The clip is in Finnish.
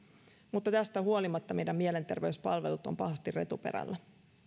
mutta tästä huolimatta meidän mielenterveyspalvelut ovat pahasti retuperällä